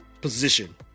position